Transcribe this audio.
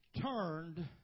turned